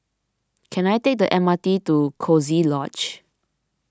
can I take the M R T to Coziee Lodge